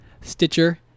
Stitcher